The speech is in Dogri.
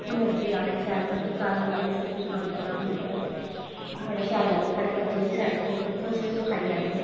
इनर्जी आंदी शैल सब्जी ताजी ताजी सब्जी खाने कन्नै असें गी बड़ी बड़ी शैल लग्गदी साढ़े बच्चे बी खुश होइयै खाई लैंदे